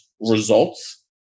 results